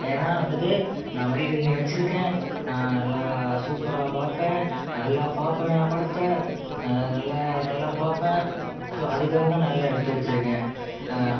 ஏன்னா வந்துட்டு நான் மடிக்கணினி வச்சிருக்கேன் நான் நல்லா சூப்பராக பார்ப்பேன் நல்லா பார்ப்பேன் நான் படத்தை அதை நல்லா நல்லா பார்ப்பேன் ஸோ அதுக்காக தான் நான் எல்லாம் எடுத்து வச்சிருக்கேன்